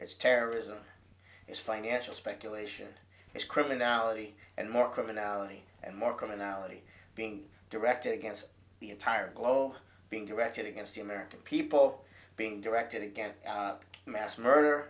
it's terrorism is financial speculation it's criminality and more criminality and more criminality being directed against the entire blow being directed against the american people being directed against mass murder